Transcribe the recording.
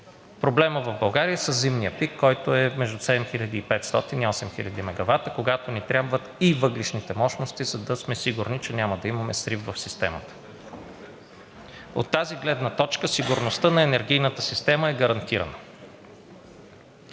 Проблемът в България е със зимния пик, който е между 7500 и 8000 мегавата, когато ни трябват и въглищните мощности, за да сме сигурни, че няма да имаме срив в системата. От тази гледна точка сигурността на енергийната система е гарантирана.